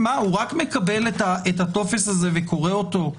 הוא רק מקבל את הטופס הזה וקורא אותו?